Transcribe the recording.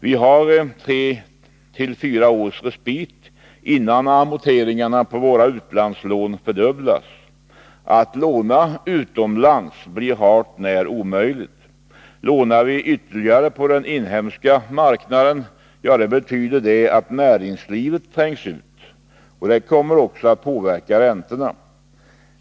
Vi har tre fyra års respit innan amorteringarna på våra utlandslån fördubblas. Att låna utomlands blir hart när omöjligt. Lånar vi ytterligare på den inhemska marknaden, betyder det att näringslivet trängs ut. Detta kommer också att påverka räntorna.